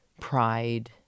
pride